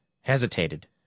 hesitated